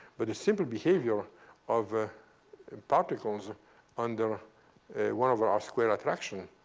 but the simple behavior of ah and particles ah under one over r square attraction.